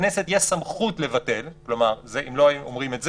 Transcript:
לכנסת יש סמכות לבטל אם לא היו אומרים את זה,